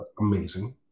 amazing